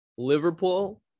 Liverpool